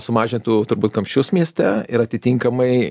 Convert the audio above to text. sumažintų turbūt kamščius mieste ir atitinkamai